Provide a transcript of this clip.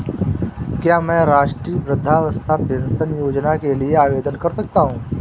क्या मैं राष्ट्रीय वृद्धावस्था पेंशन योजना के लिए आवेदन कर सकता हूँ?